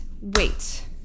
wait